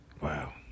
wow